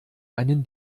einen